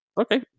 Okay